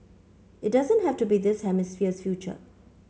it doesn't have to be this hemisphere's future